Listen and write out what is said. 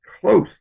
close